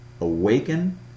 Awaken